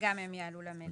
גם הו יעלו למליאה.